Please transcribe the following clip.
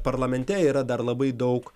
parlamente yra dar labai daug